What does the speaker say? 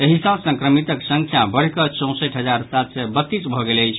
एहि सॅ संक्रमितक संख्या बढ़ि कऽ चौंसठ हजार सात सय बत्तीस भऽ गेल अछि